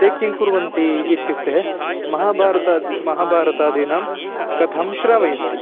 किं कुर्वन्ति इत्युक्ते महाभारताद् महाभारतादीनां कथां श्रावयन्ति